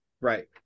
right